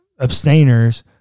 abstainers